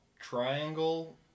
triangle